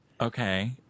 Okay